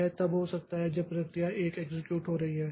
यह तब हो सकता है जब प्रक्रिया 1 एक्सेक्यूट हो रही है